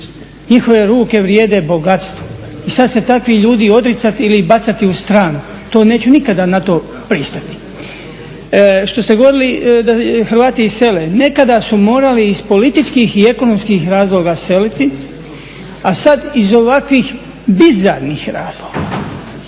njihove ruke vrijede bogatstvo i sad se takvi ljudi odricat ili ih bacati u strano. To neću nikada na to pristati. Što ste govorili da Hrvati sele, nekada su morali iz političkih i ekonomskih razloga seliti, a sad iz ovakvih bizarnih razloga.